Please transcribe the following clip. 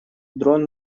дрон